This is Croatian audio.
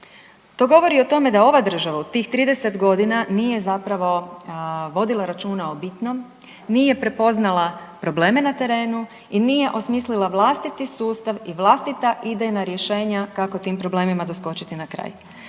To govori o tome da ova država u tih 30 godina nije zapravo vodila računa o bitnom, nije prepoznala probleme na terenu i nije osmislila vlastiti sustav i vlastita idejna rješenja kako tim problemima doskočiti na kraj,